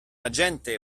agente